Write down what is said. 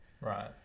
Right